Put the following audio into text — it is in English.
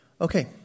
Okay